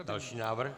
Další návrh.